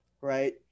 right